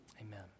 Amen